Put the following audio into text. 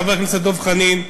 חבר הכנסת דב חנין,